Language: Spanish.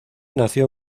nació